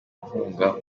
inkunga